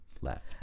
left